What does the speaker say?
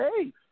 hey